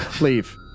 Leave